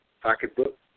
pocketbook